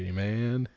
man